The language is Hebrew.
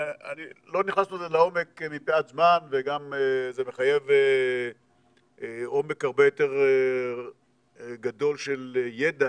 לא נכנסנו לזה לעומק מפאת זמן וזה גם מחייב עומק הרבה יותר גדול של ידע,